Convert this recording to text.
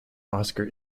oscar